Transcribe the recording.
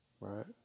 right